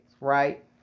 right